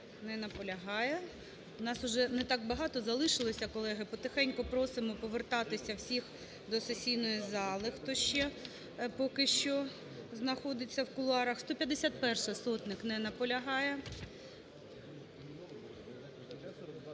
Не наполягає. У нас вже не так багато залишилось, колеги. Потихеньку просимо повертатись всіх до сесійної зали, хто ще поки що знаходиться в кулуарах. 151-а, Сотник. Не наполягає.